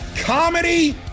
Comedy